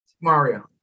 Mario